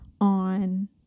on